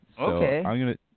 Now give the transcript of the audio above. Okay